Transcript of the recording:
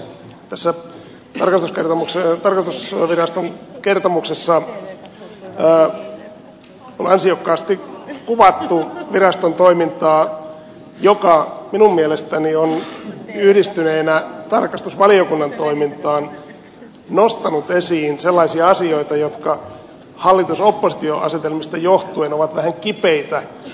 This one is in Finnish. tässä tarkastusviraston kertomuksessa on ansiokkaasti kuvattu viraston toimintaa joka minun mielestäni on yhdistyneenä tarkastusvaliokunnan toimintaan nostanut esiin sellaisia asioita jotka hallitusoppositio asetelmista johtuen ovat vähän kipeitä käsiteltäviä täällä